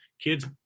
Kids